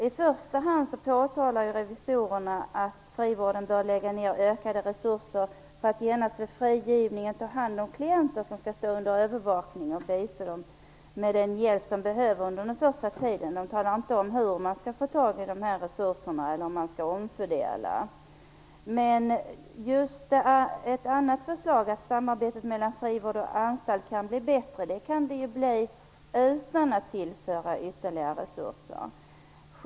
I första hand påpekar revisorerna att frivården bör lägga ökade resurser på att genast vid frigivningen ta hand om klienter som skall stå under övervakning och på att ge dem den hjälp som de behöver under den första tiden. Det sägs ingenting om hur man får tag i de här resurserna eller om det skall ske en omfördelning. Ett annat förslag handlar om att samarbetet mellan frivård och anstalt kan bli bättre. Men det kan ske utan att ytterligare resurser tillförs.